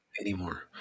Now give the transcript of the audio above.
anymore